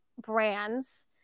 brands